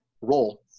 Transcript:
role